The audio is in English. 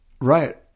right